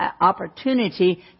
opportunity